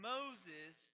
Moses